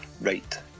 right